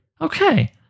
okay